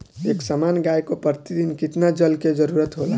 एक सामान्य गाय को प्रतिदिन कितना जल के जरुरत होला?